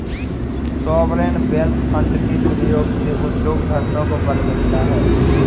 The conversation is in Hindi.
सॉवरेन वेल्थ फंड के प्रयोग से उद्योग धंधों को बल मिलता है